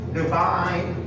divine